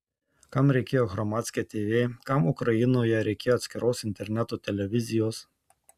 kam reikėjo hromadske tv kam ukrainoje reikėjo atskiros interneto televizijos